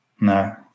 No